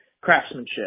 craftsmanship